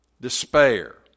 Despair